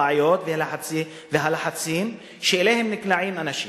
הבעיות והלחצים שאליהם נקלעים אנשים,